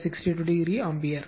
57 62 o ampere